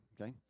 okay